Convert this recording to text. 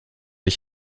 ich